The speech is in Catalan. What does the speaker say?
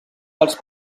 dels